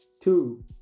two